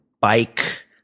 bike